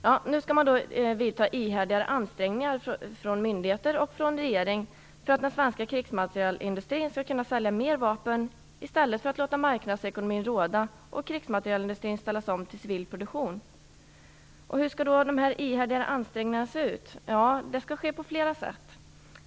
Ja, nu skall man vidta ihärdigare ansträngningar från myndigheter och regering för att den svenska krigsmaterielindustrin skall kunna sälja mer vapen i stället för att låta marknadsekonomin råda och ställa om krigsmaterielindustrin till civil produktion. Hur skall då dessa ihärdigare ansträngningar se ut? Ja, på flera sätt.